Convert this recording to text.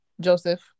Joseph